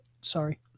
Sorry